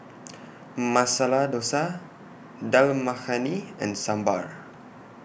Masala Dosa Dal Makhani and Sambar